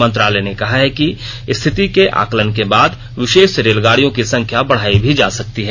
मंत्रालय ने कहा है कि स्थिति के आकलन के बाद विशेष रेलगाड़ियों की संख्या बढ़ाई भी जा सकती है